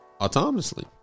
autonomously